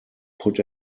put